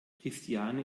christiane